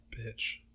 bitch